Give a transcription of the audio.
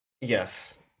yes